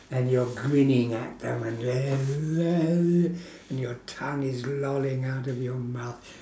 and you're grinning at them and and your tongue is lolling out of your mouth